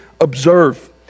observe